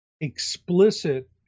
explicit